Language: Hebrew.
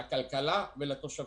לכלכלה ולתושבים.